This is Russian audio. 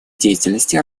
деятельности